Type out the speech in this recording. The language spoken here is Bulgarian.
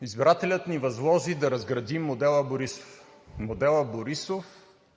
Избирателят ни възложи да разградим модела „Борисов“